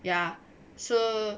ya so